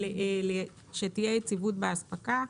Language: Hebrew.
שתהיה יציבות באספקה,